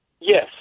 Yes